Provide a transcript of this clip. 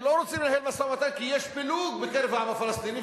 שהם לא רוצים לנהל משא-ומתן כי יש פילוג בקרב העם הפלסטיני,